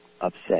upset